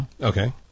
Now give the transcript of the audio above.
Okay